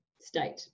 state